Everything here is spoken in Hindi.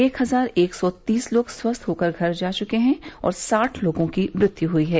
एक हजार एक सौ तीस लोग स्वस्थ होकर घर जा चुके हैं और साठ लोगों की मृत्यु हुई है